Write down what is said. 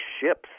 ships